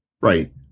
Right